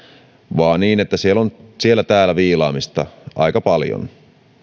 vaan niin että siellä on siellä täällä viilaamista aika paljon